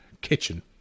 kitchen